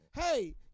hey